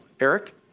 Eric